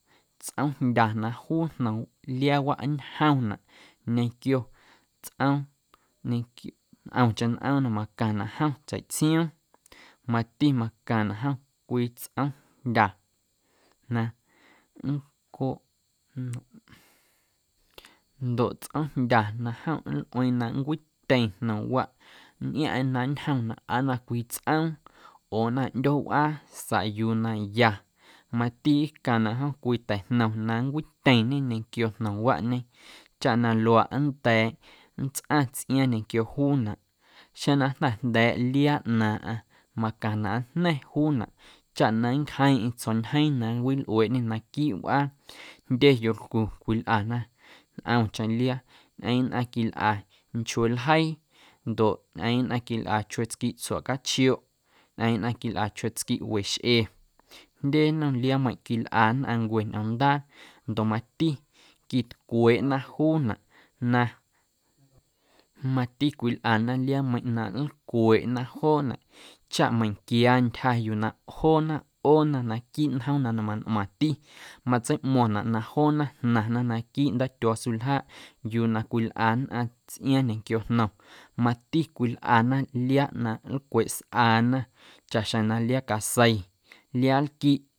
Tsꞌoomjndya na juu jnom liaawaꞌ ñjomnaꞌ ñequio tsꞌoom ñequio ntꞌomcheⁿ nꞌoom macaⁿnaꞌ jom tseiꞌtsioom mati macaⁿnaꞌ jom cwii tsꞌoomjndya na nncoꞌ noꞌ ndoꞌ tsꞌoomjndya na jom nlꞌueeⁿ na nncwityeⁿ jnomwaꞌ nntꞌiaⁿꞌaⁿ aa na ñjomnaꞌ aa na cwii tsꞌoom oo aa na ꞌdyoowꞌaa saꞌ yuu na ya mati ꞌaacanaꞌ jom cwii tajnom na nncwityeⁿñe ñequio jnomwaꞌñe chaꞌ na luaaꞌ nnda̱a̱ nntsꞌaⁿ tsꞌiaaⁿ ñequio juunaꞌ xeⁿ na jnda̱ jnda̱a̱ꞌ liaaꞌnaaⁿꞌaⁿ macaⁿnaꞌ aajna̱ⁿ juunaꞌ chaꞌ na nncjeeⁿꞌeⁿ tsjo̱ꞌñjeeⁿ na nncwilꞌueeꞌñe naquiiꞌ wꞌaa, jndye yolcu cwilꞌana nꞌomcheⁿ liaa, ñꞌeeⁿꞌ nnꞌaⁿ quilꞌa nchuee ljeii ndoꞌ ñꞌeeⁿ nnꞌaⁿ quilꞌa chueetsquiꞌ tsuaꞌcachioꞌ, ñꞌeeⁿ nnꞌaⁿ quilꞌa chuee tsquiꞌ we xꞌe jndye nnom liaameiⁿꞌ quilꞌa nnꞌaⁿncue ñꞌoomndaa ndoꞌ mati quitcweeꞌna juunaꞌ na mati cwilꞌana liaameiⁿꞌ na ꞌaacweeꞌna joonaꞌ chaꞌ meiⁿnquia ntyja yuu na joona ꞌoona naquiiꞌ njoom na mantꞌmaⁿti matseiꞌmo̱ⁿnaꞌ na joona jnaⁿna naquiiꞌ ndatyuaa suljaaꞌ yuu na cwilꞌa nnꞌaⁿ tsꞌiaaⁿ ñequio jnom mati cwilꞌana liaa na nlcweeꞌ sꞌaana chaꞌxjeⁿ na liaa casei, liaalquiꞌ.